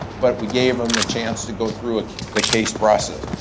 but we gave them the chance to go through ah the case process.